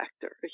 factor